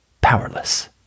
Powerless